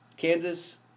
Kansas